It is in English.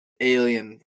Alien